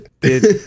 dude